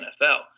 nfl